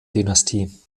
dynastie